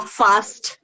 fast